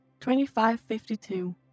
2552